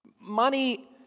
Money